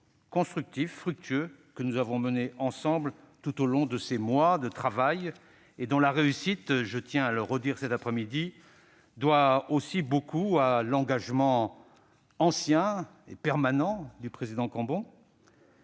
constructif et fructueux que nous avons mené ensemble tout au long de ces mois de travail. Notre réussite, je tiens à le redire cet après-midi, doit aussi beaucoup à l'engagement ancien et permanent du président Cambon